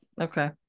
Okay